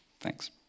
Thanks